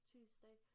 Tuesday